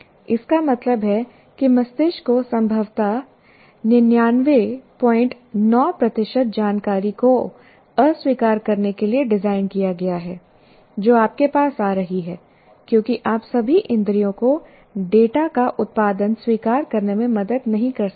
इसका मतलब है कि मस्तिष्क को संभवतः 999 प्रतिशत जानकारी को अस्वीकार करने के लिए डिज़ाइन किया गया है जो आपके पास आ रही है क्योंकि आप सभी इंद्रियों को डेटा का उत्पादन स्वीकार करने में मदद नहीं कर सकते हैं